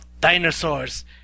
dinosaurs